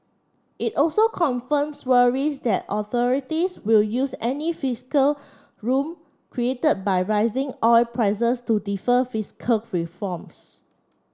it also confirms worries that authorities will use any fiscal room created by rising oil prices to defer fiscal reforms